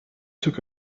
took